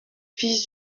fils